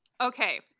Okay